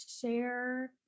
share